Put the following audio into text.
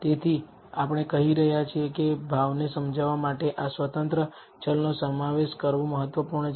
તેથી આપણે કહી રહ્યા છીએ કે ભાવને સમજાવવા માટે આ સ્વતંત્ર ચલનો સમાવેશ કરવો મહત્વપૂર્ણ છે